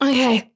Okay